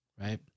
right